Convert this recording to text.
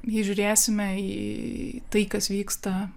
jei žiūrėsime į tai kas vyksta